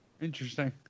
Interesting